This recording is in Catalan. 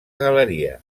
galeria